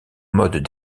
modes